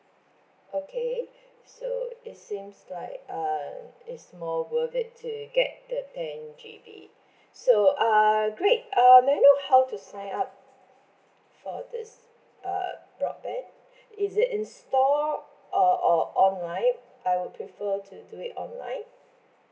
okay so it seems like err it's more worth it to get the ten G_B so err great uh may I know how to sign up for this uh broadband is it in store uh or online I would prefer to do it online